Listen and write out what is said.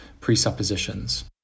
presuppositions